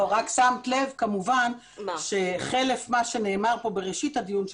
שמת לב כמובן שחלף מה שנאמר כאן בראשית הדיון,